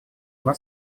она